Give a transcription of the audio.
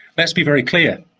lets be very clear.